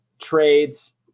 trades